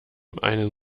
einen